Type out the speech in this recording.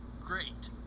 great